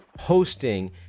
hosting